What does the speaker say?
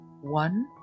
One